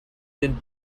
denn